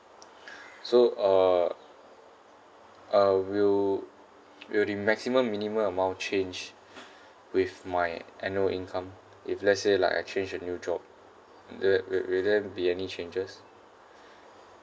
so uh uh will will the maximum minimum amount change with my annual income if let's say like I change a new job there will will there be any changes